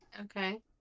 Okay